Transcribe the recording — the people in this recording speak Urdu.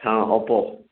ہاں اوپو